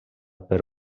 per